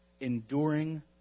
Enduring